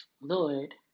Lord